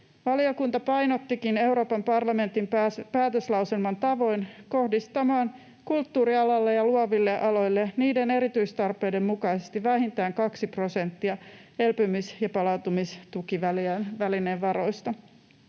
Valiokunta painottikin Euroopan parlamentin päätöslauselman tavoin kohdistamaan kulttuurialalle ja luoville aloille niiden erityistarpeiden mukaisesti vähintään 2 prosenttia elpymis- ja palautumistukivälineen varoista.